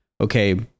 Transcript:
okay